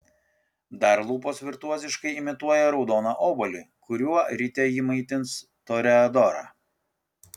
dar lūpos virtuoziškai imituoja raudoną obuolį kuriuo ryte ji maitins toreadorą